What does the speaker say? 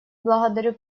благодарю